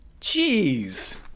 Jeez